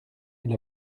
elle